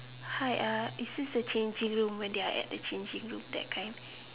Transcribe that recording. hi is this the changing room when they're at the changing room something like that